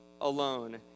alone